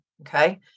Okay